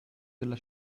della